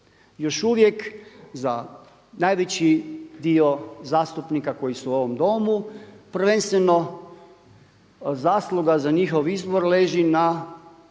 Još uvijek za najveći dio zastupnika koji su u ovom Domu prvenstveno zasluga za njihov izbor leži na